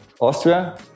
Austria